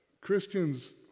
Christians